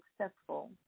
successful